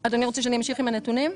רוצה שאני אמשיך עם הנתונים?